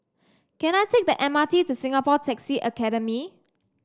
can I take the M R T to Singapore Taxi Academy